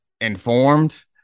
informed